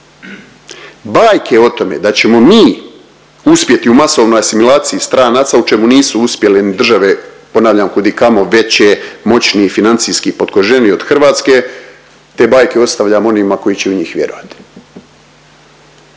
Bajke o tome da ćemo mi uspjeti u masovnoj asimilaciji stranaca, u čemu nisu uspjele ni države, ponavljam, kudikamo veće, moćnije i financijski potkoženije od Hrvatske, te bajke ostavljamo onima koji će u njih vjerovat.